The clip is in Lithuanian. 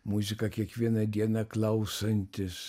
muzika kiekvieną dieną klausantis